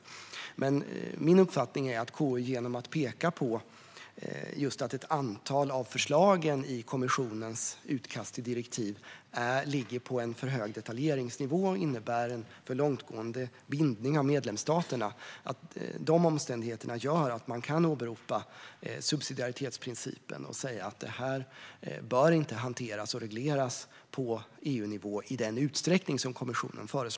Min uppfattning är dock att KU genom att peka just på att ett antal av förslagen i kommissionens utkast till direktiv ligger på en för hög detaljeringsnivå och innebär en för långtgående bindning av medlemsstaterna visar att man kan åberopa subsidiaritetsprincipen och säga att detta inte bör hanteras och regleras på EU-nivå i den utsträckning som kommissionen föreslår.